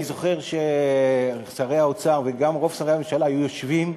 אני זוכר ששרי האוצר וגם רוב שרי הממשלה היו יושבים